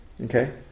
Okay